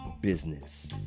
business